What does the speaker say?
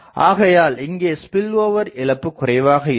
ஆகையால் இங்கே ஸ்பில்ஓவர் இழப்பு குறைவாக இருக்கும்